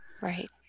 Right